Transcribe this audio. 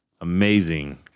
amazing